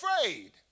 afraid